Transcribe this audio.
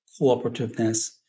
cooperativeness